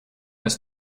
ist